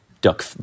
duck